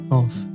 off